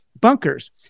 bunkers